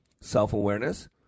self-awareness